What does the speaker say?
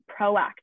proactive